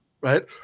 right